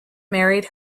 married